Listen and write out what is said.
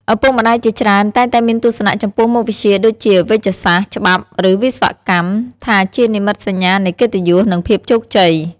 ឪពុកម្ដាយជាច្រើនតែងតែមានទស្សនៈចំពោះមុខវិជ្ជាដូចជា វេជ្ជសាស្ត្រ ច្បាប់ ឬវិស្វកម្ម ថាជានិមិត្តសញ្ញានៃកិត្តិយស និងភាពជោគជ័យ។